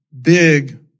big